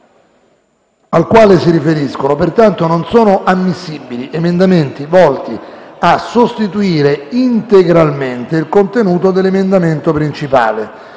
al quale si riferiscono. Pertanto, non sono ammissibili emendamenti volti a sostituire integralmente il contenuto dell'emendamento principale